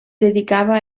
dedicava